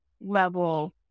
level